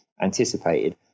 anticipated